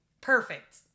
Perfect